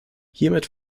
hiermit